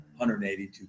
182